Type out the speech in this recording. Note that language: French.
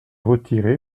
retiré